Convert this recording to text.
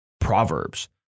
Proverbs